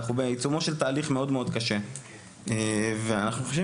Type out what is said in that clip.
אנחנו בעיצומו של תהליך מאוד קשה ואנחנו חושבים